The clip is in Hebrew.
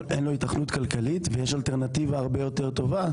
אין לו היתכנות כלכלית ויש אלטרנטיבה הרבה יותר טובה,